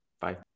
Bye